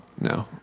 No